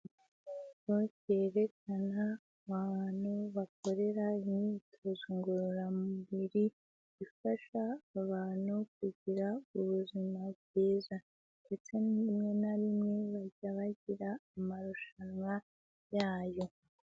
Ikirango cyerekana ahantu bakorera imyitozo ngororamubiri ifasha abantu kugira ubuzima bwiza, ndetse rimwe na rimwe bajya bagira amarushanwa yayo.